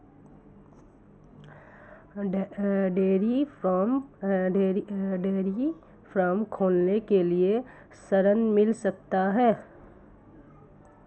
Dairy farm खोलने के लिए ऋण मिल सकता है?